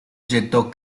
gettò